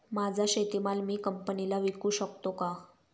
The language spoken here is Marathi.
माझा शेतीमाल मी कंपनीला विकू शकतो का?